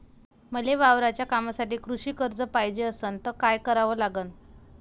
मले वावराच्या कामासाठी कृषी कर्ज पायजे असनं त काय कराव लागन?